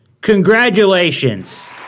Congratulations